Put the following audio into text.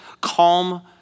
calm